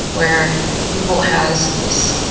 where google has this